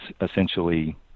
essentially